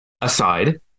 aside